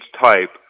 type